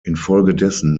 infolgedessen